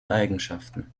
eigenschaften